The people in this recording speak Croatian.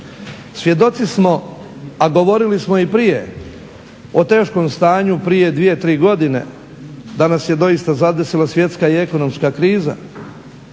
Svjedoci smo, a govorili smo i prije o teškom stanju prije dvije, tri godine da nas je doista zadesila svjetska i ekonomska kriza,